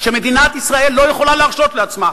שמדינת ישראל לא יכולה להרשות לעצמה.